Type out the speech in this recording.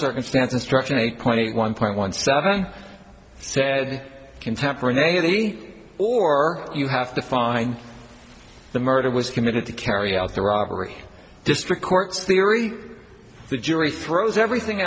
circumstance instruction eight point one point one seven said contemporaneity or you have to find the murder was committed to carry out the robbery district courts theory the jury throws everything